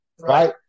right